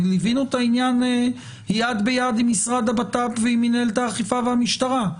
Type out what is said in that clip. ליווינו את העניין יד ביד עם משרד הבט"פ ועם מנהלת האכיפה והמשטרה.